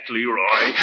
Leroy